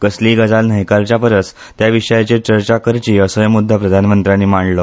कसलीय गजाल न्हयकारच्या परस त्या विशयाचेर चर्चा करची असोय मुद्दो प्रधानमंत्र्यानी मांडलो